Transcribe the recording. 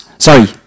Sorry